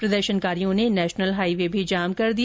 प्रदर्शनकारियों ने national highway भी जाम कर दिया